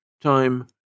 Time